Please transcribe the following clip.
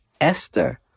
Esther